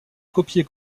copier